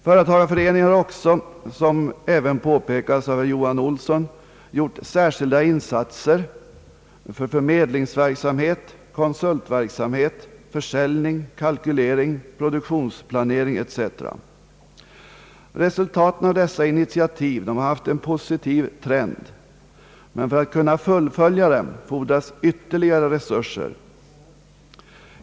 Företagareföreningen har också — såsom även påpekats av herr Jo han Olsson — gjort särskilda insatser för förmedlingsverksamhet, konsultverksamhet, försäljning, kalkylering, produktionsplanering etc. Resultaten av dessa initiativ har inneburit en positiv trend, men för att kunna fullfölja dem erfordras ytterligare resurser.